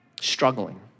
struggling